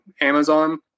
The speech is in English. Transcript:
Amazon